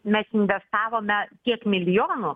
mes investavome tiek milijonų